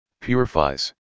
purifies